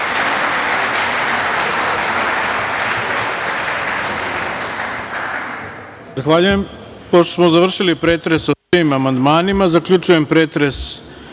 Zahvaljujem. Pošto smo završili pretres o svim amandmanima, zaključujem pretres